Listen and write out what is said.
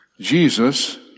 Jesus